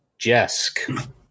Jesk